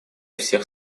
всех